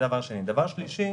דבר שלישי,